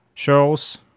Shows